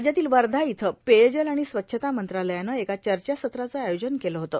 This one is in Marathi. राज्यातील वर्धा इथं पेयजल आणि स्वच्छता मंत्रालयाने एका चर्चासत्राचे आयोजन केले होते